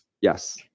Yes